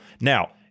Now